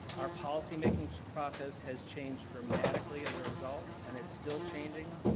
our policy-making process has changed dramatically as a result, and it's still changing.